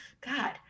God